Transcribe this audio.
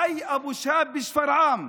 חי אבו שהאב בשפרעם.